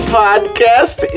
podcast